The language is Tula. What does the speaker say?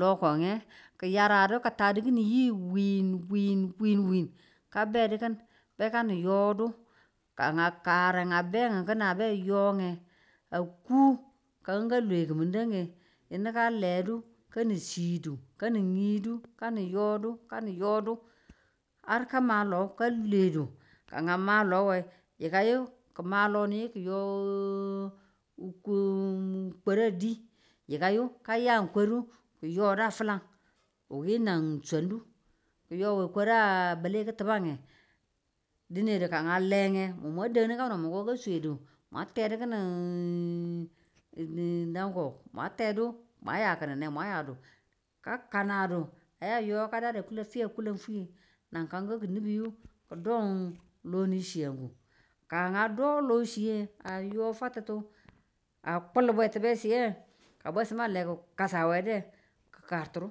loko nge ki̱ yara du ki̱ taradu ki̱nin yi wiin wiin wiin kabedu ki̱n bekanin yodu. ka a kare kin a be a yo nge a ku kan ka lonkimin de nge yinu ka ledu ka nin sidu kanin yidu kanin yodu kanin yodu har kama lo ka lwedu ka a ma longe yikayu ki̱ ma loni ki̱ yo kwaru a di, yikayi ki̱ yo kwaru a filange wu ki nan swandu ki yo we koru a bale ki̱tiban ne dinedu ka a le nge mwan mwa dandu kano do ka swedu mwa tedu ki̱nin danku mwa tedu mwa yaki̱nin ne mwa yadu ka kanadu aya ayo kada da a kuna fwiye nan kannu kinibi ki̱ do lonichiye. ka a do lochiye ka ayo fatutu a kul bwesumye, a mwe ki̱ kasanewe, ki̱ karatunu